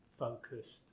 focused